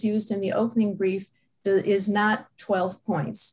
used in the opening brief it is not twelve points